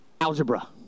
algebra